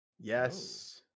Yes